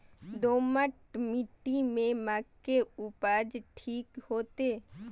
दोमट मिट्टी में मक्के उपज ठीक होते?